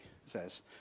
says